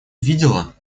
видела